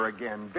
again